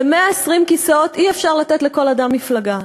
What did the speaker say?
ב-120 כיסאות אי-אפשר לתת לכל אדם מפלגה.